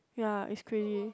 ya is crazy